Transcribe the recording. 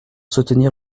soutenir